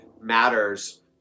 matters